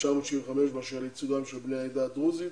1957 באשר לייצוגם של בני העדה הדרוזית